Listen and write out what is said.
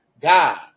God